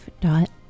Dot